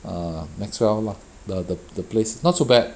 uh maxwell lah the the the place not so bad